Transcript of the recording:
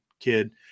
kid